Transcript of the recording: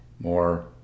more